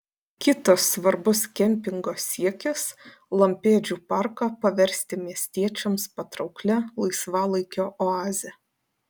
kitas svarbus kempingo siekis lampėdžių parką paversti miestiečiams patrauklia laisvalaikio oaze